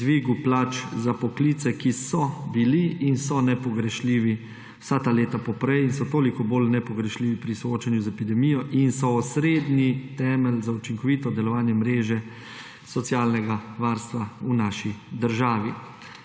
dvigu plač za poklice, ki so bili in so nepogrešljivi vsa ta leta poprej in so toliko bolj nepogrešljivi pri soočenju z epidemijo in so osrednji temelj za učinkovito delovanje mreže socialnega varstva v naši državi.